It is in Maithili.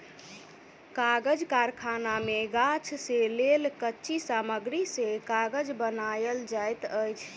कागज़ कारखाना मे गाछ से लेल कच्ची सामग्री से कागज़ बनायल जाइत अछि